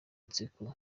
nseko